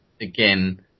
again